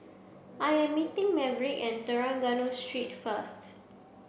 I am meeting Maverick at Trengganu Street first